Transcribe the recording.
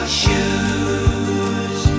shoes